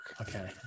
Okay